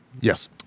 Yes